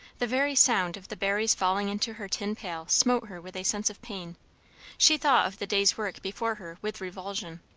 the very sound of the berries falling into her tin pail smote her with a sense of pain she thought of the day's work before her with revulsion.